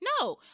No